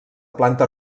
planta